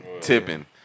Tipping